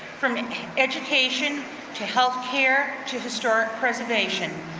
from education to healthcare to historic preservation,